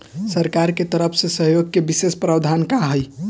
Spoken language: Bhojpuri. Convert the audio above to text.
सरकार के तरफ से सहयोग के विशेष प्रावधान का हई?